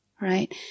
right